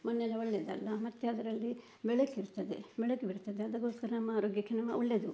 ಮಣ್ಣೆಲ್ಲ ಒಳ್ಳೆಯದಲ್ಲ ಮತ್ತೆ ಅದರಲ್ಲಿ ಬೆಳಕು ಇರ್ತದೆ ಬೆಳಕು ಬೀಳ್ತದೆ ಅದಕ್ಕೋಸ್ಕರ ನಮ್ಮ ಆರೋಗ್ಯಕ್ಕೆಲ್ಲ ಒಳ್ಳೆಯದು